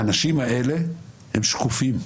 האנשים האלה הם שקופים.